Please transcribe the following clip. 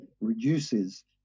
reduces